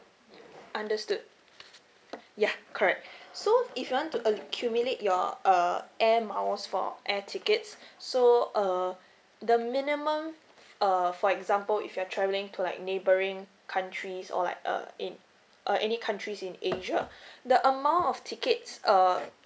understood yeah correct so if you want to accumulate your uh air miles for air tickets so uh the minimum uh for example if you're travelling to like neighboring countries or like err in uh any countries in asia the amount of tickets err